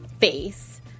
face